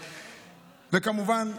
כמובן,